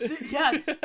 yes